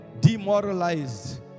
demoralized